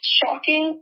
shocking